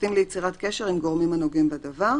פרטים ליצירת קשר עם גורמים הנוגעים בדבר.